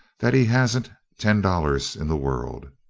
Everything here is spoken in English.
that he hasn't ten dollars in the world!